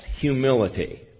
humility